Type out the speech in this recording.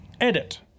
Edit